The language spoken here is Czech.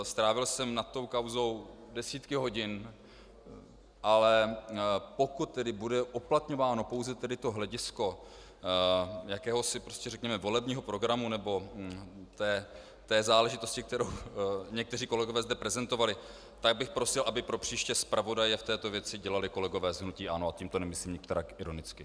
Strávil jsem nad tou kauzou desítky hodin, ale pokud tedy bude uplatňováno pouze hledisko jakéhosi řekněme volebního programu v té záležitosti, kterou někteří kolegové zde prezentovali, tak bych prosil, aby propříště zpravodaje v této věci dělali kolegové z hnutí ANO, a to nemyslím nikterak ironicky.